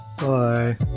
Bye